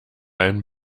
ein